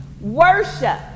Worship